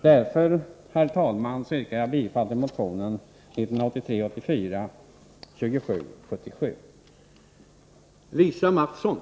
Därför, herr talman, yrkar jag bifall till motion 1983/84:2777.